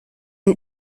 ein